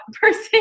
person